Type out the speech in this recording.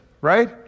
right